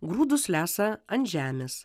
grūdus lesa ant žemės